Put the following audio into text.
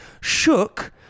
Shook